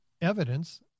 evidence